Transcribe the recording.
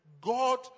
God